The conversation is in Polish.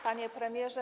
Panie Premierze!